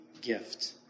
gift